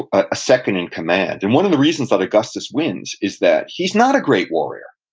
ah a second in command. and one of the reasons that augustus wins is that he's not a great warrior,